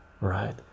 right